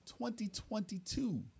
2022